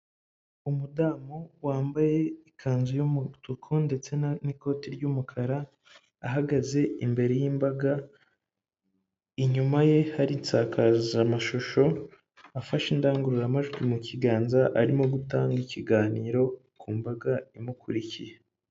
Umudamu wambaye ikanzu y'umutuku ndetse n'ikoti ry'umukara, ahagaze imbere y'imbaga, inyuma ye hari isakazamashusho afashe indangururamajwi mu kiganza, arimo gutanga ikiganiro ku mbaga imukurikiye.